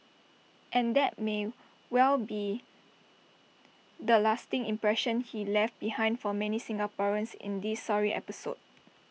and that may well be the lasting impression he left behind for many Singaporeans in this sorry episode